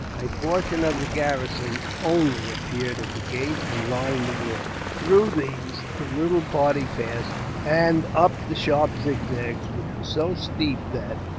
a portion of the garrison, only, appeared at the gate and lined the walls. through these the little party passed, and up the sharp zigzags, which were so steep that,